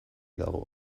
dago